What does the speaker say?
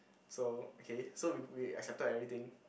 so okay so we we accepted everything